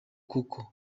koko